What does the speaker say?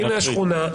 הנה השכונה,